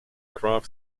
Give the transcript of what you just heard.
craft